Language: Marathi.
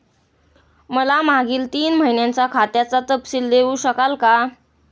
मला मागील तीन महिन्यांचा खात्याचा तपशील देऊ शकाल का?